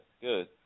good